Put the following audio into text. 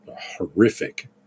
horrific